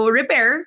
repair